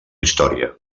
història